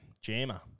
Jammer